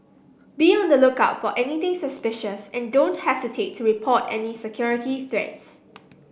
be on the lookout for anything suspicious and don't hesitate to report any security threats